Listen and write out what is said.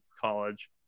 college